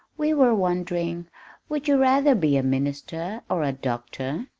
we were wondering would you rather be a minister or a doctor?